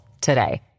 today